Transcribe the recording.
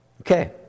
Okay